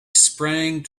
sprang